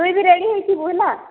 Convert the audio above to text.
ତୁଇ ବି ରେଡ଼ି ହେଇଥିବୁ ହେଲା